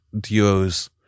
duos